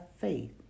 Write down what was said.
faith